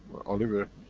oliver,